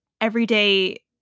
everyday